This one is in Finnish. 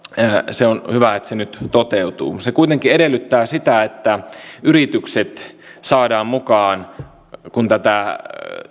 on hyvä että se nyt toteutuu se kuitenkin edellyttää sitä että yritykset saadaan mukaan kun tätä